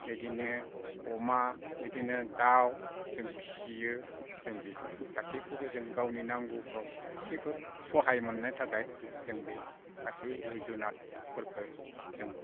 बेबायदिनो अमा बिदिनो दाउ जों फिसियो जों बेफोरखौ गासैखोबो जों गावनि नांगौफ्राव एसेफोर सहाय मोननो थाखाय जों बे गासैबो जुनादफोरखौ जों